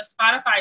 Spotify